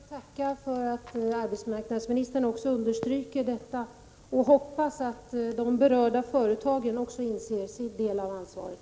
Herr talman! Jag ber att få tacka för att arbetsmarknadsministern också understryker detta. Jag hoppas att de berörda företagen inser att de har en del av ansvaret.